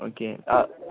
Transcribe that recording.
okay ആ